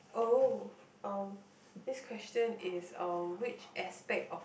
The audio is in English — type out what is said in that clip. oh um next question is which aspect of